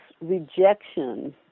rejection